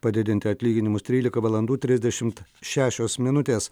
padidinti atlyginimus trylika valandų trisdešimt šešios minutės